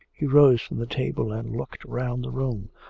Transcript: he rose from the table, and looked round the room.